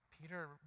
Peter